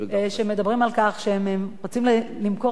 על כך שהם רוצים למכור את הרכבים שלהם.